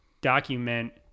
document